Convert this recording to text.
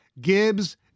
Gibbs